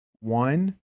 one